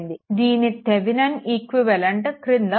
దీని Thevenin equivalent క్రింద ఉంది